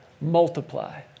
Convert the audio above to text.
multiply